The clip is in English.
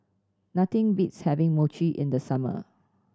nothing beats having Mochi in the summer